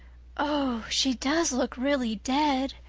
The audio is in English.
oh, she does look really dead,